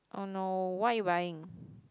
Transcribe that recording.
!oh no! what you buying